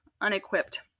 unequipped